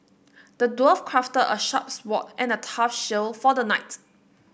the dwarf crafted a sharp sword and a tough shield for the knight